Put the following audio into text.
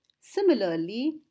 Similarly